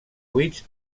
buits